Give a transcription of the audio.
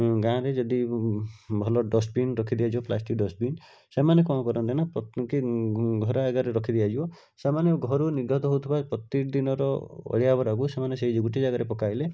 ଗାଁରେ ଯଦି ଭଲ ଡଷ୍ଟବିନ୍ ରଖିଦିଆଯିବ ପ୍ଲାଷ୍ଟିକ୍ ଡଷ୍ଟବିନ୍ ସେମାନେ କ'ଣ କରନ୍ତି ନା ପ୍ରତି ଘର ଆଗରେ ରଖି ଦିଆଯିବ ସାମାନ୍ୟ ଘରୁ ନିର୍ଗତ ହେଉଥିବା ପ୍ରତିଦିନର ଅଳିଆ ଆବେରାକୁ ସେମାନେ ସେଇ ଗୋଟିଏ ଜାଗାରେ ପକାଇଲେ